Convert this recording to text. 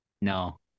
no